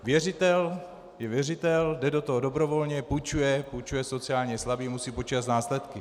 Věřitel je věřitel, jde do toho dobrovolně, půjčuje, půjčuje sociálně slabým musí počítat s následky.